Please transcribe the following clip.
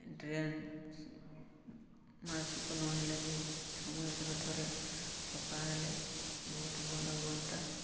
drain ମାସକୁ ନହେଲେ ବି ଛଅ ମାସର ଥରେ ସଫା ହେଲେ ବହୁତ ଭଲ ହୁଅନ୍ତା